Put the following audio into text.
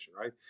right